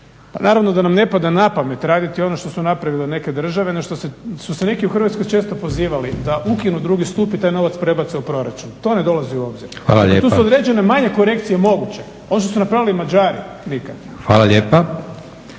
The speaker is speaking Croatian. naravno da nam ne pada na pamet raditi ono što su napravile neke države na što su se neki u Hrvatskoj često pozivali, da ukinu drugi stup i taj novac prebace u proračun. To ne dolazi u obzir. Dakle tu su određene manje korekcije moguće. Ono što su napravili Mađari …. **Leko,